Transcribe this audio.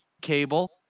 Cable